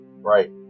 right